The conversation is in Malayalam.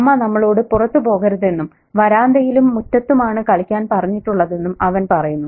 അമ്മ നമ്മളോട് പുറത്ത് പോകരുതെന്നും വരാന്തയിലും മുറ്റത്തുമാണ് കളിക്കാൻ പറഞ്ഞിട്ടുള്ളതെന്നും അവൻ പറയുന്നു